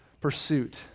pursuit